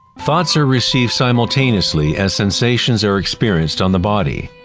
thoughts are received simultaneously as sensations are experienced on the body.